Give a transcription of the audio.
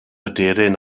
aderyn